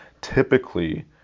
typically